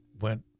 went